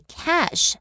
cash